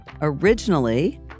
Originally